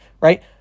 right